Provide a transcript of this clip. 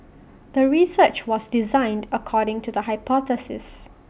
the research was designed according to the hypothesis